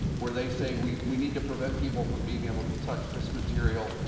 where they say we we need to prevent people from being able to touch this material,